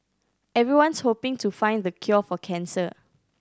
everyone's hoping to find the cure for cancer